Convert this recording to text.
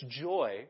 joy